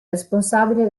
responsabile